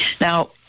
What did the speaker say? Now